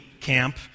camp